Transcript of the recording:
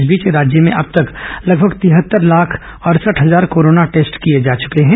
इस बीच राज्य में अब तक लगभग तिहत्तर लाख अडसठ हजार कोरोना टेस्ट किए जा चके हैं